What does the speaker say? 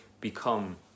become